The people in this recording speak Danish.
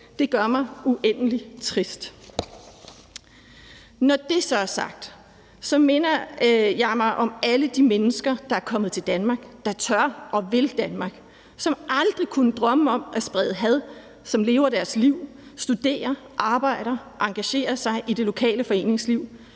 Det gør mig uendelig trist. Når det så sagt, minder jeg mig om alle de mennesker, der er kommet til Danmark, der tør og vil Danmark, som aldrig kunne drømme om at sprede had, som lever deres liv, studerer, arbejder, engagerer sig i det lokale foreningsliv,